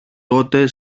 τότε